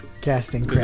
Casting